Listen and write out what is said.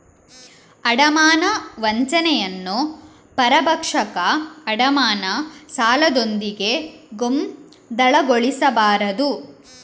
ಅಡಮಾನ ವಂಚನೆಯನ್ನು ಪರಭಕ್ಷಕ ಅಡಮಾನ ಸಾಲದೊಂದಿಗೆ ಗೊಂದಲಗೊಳಿಸಬಾರದು